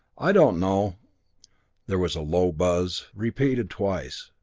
i don't know there was a low buzz, repeated twice.